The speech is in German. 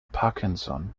parkinson